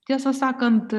tiesą sakant